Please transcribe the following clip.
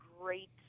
great